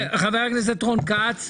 חבורת אנשים ללא עמוד שדרה,